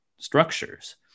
structures